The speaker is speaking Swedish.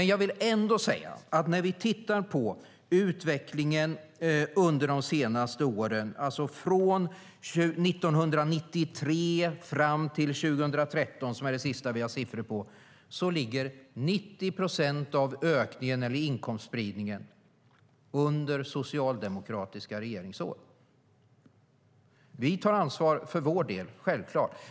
Jag vill ändå säga att utvecklingen under åren från 1993 fram till 2013, som är det sista året som vi har siffror på, visar att 90 procent av ökningen när det gäller inkomstspridningen skedde under socialdemokratiska regeringsår. Vi tar ansvar för vår del, självklart.